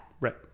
Right